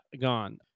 gone